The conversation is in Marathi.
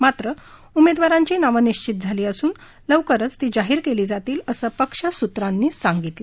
मात्र उमेदवारांची नावं निश्चित झाली असून लवकरच ती जाहीर केली जातील असं पक्षसूत्रांनी सांगितलं